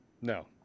no